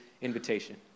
invitation